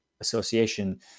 Association